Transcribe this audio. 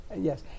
Yes